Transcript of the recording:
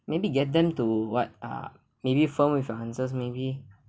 maybe get them to what ah maybe firm with your answers maybe